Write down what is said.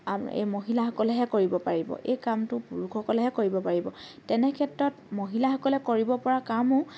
মহিলাসকলেহে কৰিব পাৰিব এই কামটো পুৰুষসকলেহে কৰিব পাৰিব তেনে ক্ষেত্ৰত মহিলাসকলে কৰিব পৰা কামো